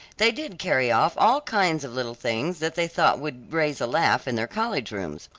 they did carry off all kinds of little things that they thought would raise a laugh in their college rooms.